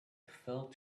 fell